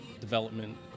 development